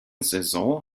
saison